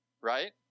right